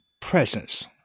presence